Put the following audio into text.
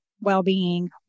well-being